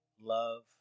love